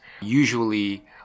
Usually